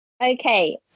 Okay